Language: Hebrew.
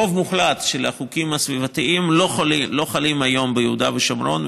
רוב מוחלט של החוקים הסביבתיים לא חלים היום ביהודה ושומרון,